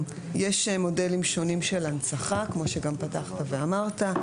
יש מודלים שונים של הנצחה כמו שגם פתחת ואמרת.